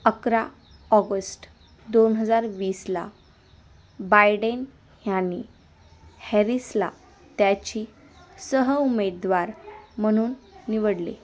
अकरा ऑगस्ट दोन हजार वीसला बायडेन ह्यांनी हॅरिसला त्याची सहउमेदवार म्हणून निवडले